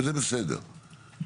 זה בסדר,